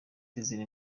désiré